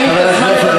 תן לי את הזמן לדבר.